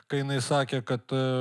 kai jinai sakė kad